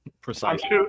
precisely